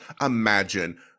imagine